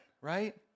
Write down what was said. Right